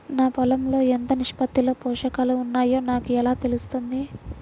నా పొలం లో ఎంత నిష్పత్తిలో పోషకాలు వున్నాయో నాకు ఎలా తెలుస్తుంది?